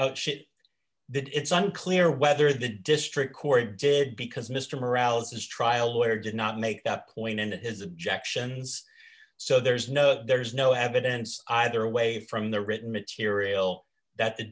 it did it's unclear whether the district court did because mr morales his trial lawyer did not make that point in his objections so there's no there's no evidence either way from the written material that the